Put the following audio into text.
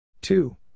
Two